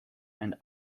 and